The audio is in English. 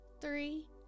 three